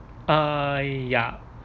uh ya